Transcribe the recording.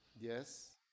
Yes